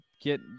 get